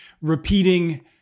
repeating